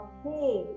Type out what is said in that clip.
Okay